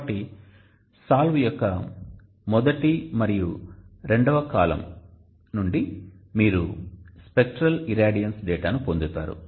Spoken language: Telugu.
కాబట్టి SOLVE యొక్క మొదటి మరియు రెండవ కాలమ్ నిలువు వరుసల నుండి మీరు స్పెక్ట్రల్ ఇరాడియన్స్ డేటాను పొందుతారు